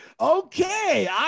okay